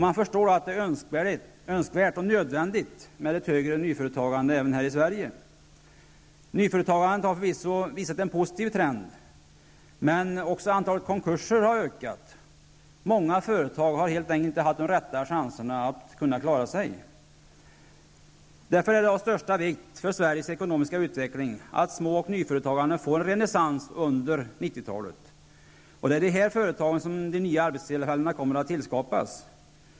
Man förstår då att det är önskvärt och nödvändigt med ett högre nyföretagande även här i Nyföretagandet har förvisso visat en positiv trend, men även antalet konkurser har ökat. Många företag har helt enkelt inte haft de rätta chanserna att klara sig. Därför är det av största vikt för Sveriges ekonomiska utveckling att små och nyföretagandet får en renässans under 90-talet. Det är i de företagen som de nya arbetstillfällena kommer att skapas.